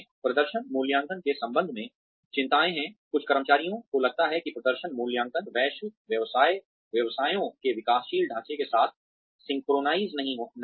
प्रदर्शन मूल्यांकन के संबंध में कुछ चिंताएं हैं कुछ कर्मचारियों को लगता है कि प्रदर्शन मूल्यांकन वैश्विक व्यवसायों के विकासशील ढांचे के साथ सिंक्रनाइज़ नहीं हैं